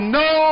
no